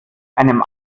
einem